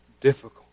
difficult